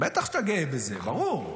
בטח שאתה גאה בזה, ברור.